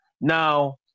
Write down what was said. Now